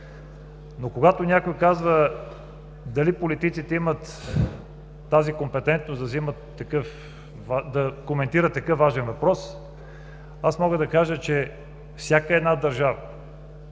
но когато някой казва дали политиците имат тази компетентност да коментират такъв важен въпрос, аз мога да кажа, че всяка една държава